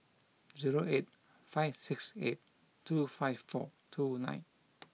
zero eight five six eight two five four two nine